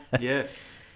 yes